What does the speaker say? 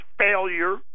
failure